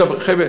חבר'ה,